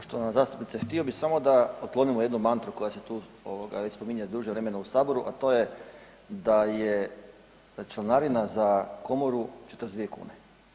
Poštovana zastupnice, htio bih samo da otklonimo jednu mantru koja se tu već spominje duže vremena u Saboru, a to je da je članarina za Komoru 42 kune.